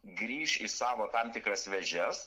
grįš į savo tam tikras vėžes